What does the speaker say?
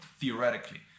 theoretically